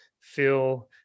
feel